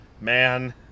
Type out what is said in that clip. Man